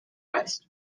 west